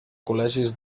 col·legis